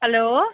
hello